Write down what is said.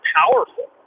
powerful